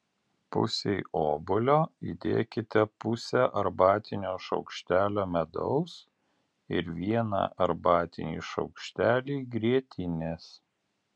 pusei obuolio įdėkite pusę arbatinio šaukštelio medaus ir vieną arbatinį šaukštelį grietinės